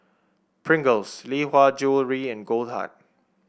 Pringles Lee Hwa Jewellery and Goldheart